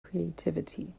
creativity